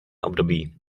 období